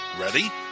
Ready